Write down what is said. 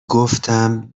گفتم